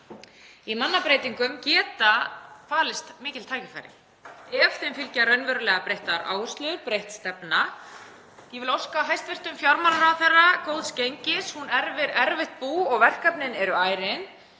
Í mannabreytingum geta falist mikil tækifæri ef þeim fylgja raunverulega breyttar áherslur, breytt stefna. Ég vil óska hæstv. fjármálaráðherra góðs gengis. Hún erfir erfitt bú og verkefnin eru ærin.